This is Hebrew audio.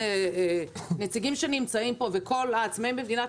כל הנציגים שנמצאים פה וכל העצמאים במדינת